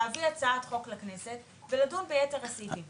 להביא הצעת חוק לכנסת ולדון ביתר הסעיפים.